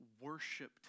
worshipped